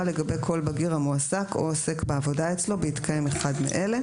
לגבי כל בגיר המועסק או עוסק בעבודה אצלו בהתקיים אחד מאלה: